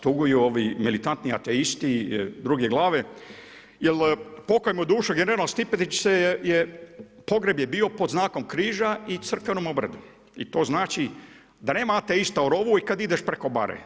Tuguju ovi militantni ateisti i druge glave jer pokoj mu duši, general Stipetić se je, pogreb je bio pod znakom križa i crkvenom obredu i to znači da nema ateista u rovu i kad ideš preko bare.